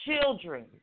children